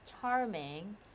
charming